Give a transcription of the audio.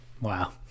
Wow